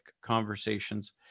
conversations